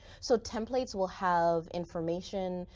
so templates will have information,